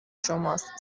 شماست